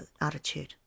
attitude